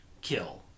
kill